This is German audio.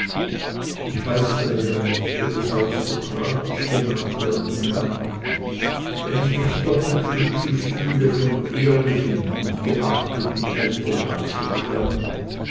ich weiß daher nicht ob es aristokratisch genannt werden kann wenn ich mich doppelt glücklich fühle von ehrlichen und geachteten eltern abzustammen